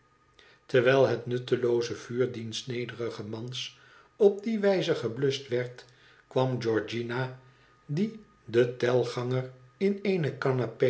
terwijl het nuttelooze vuur diens nederigen mans op die wijze gebluscht werd kwam georgiana die den telganger in eene